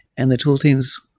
and the tools teams,